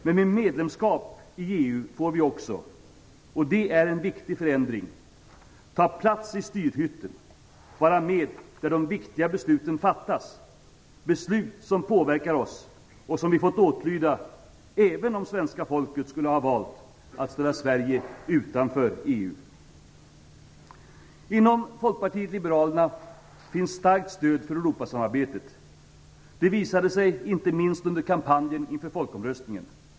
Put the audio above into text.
Men med medlemskap i EU får vi också - och det är en viktig förändring - ta plats i styrhytten, vara med när de viktiga besluten fattas, beslut som påverkar oss och som vi hade fått åtlyda även om svenska folket skulle ha valt att ställa Inom Folkpartiet liberalerna finns ett starkt stöd för Europasamarbetet. Det visade sig inte minst under kampanjen inför folkomröstningen.